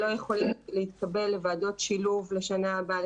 יכולים להתקבל לוועדות שילוב לשנה הבאה,